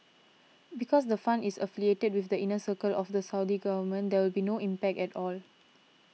because the fund is affiliated with the inner circle of the Saudi government there will be no impact at all